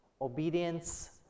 obedience